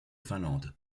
finlande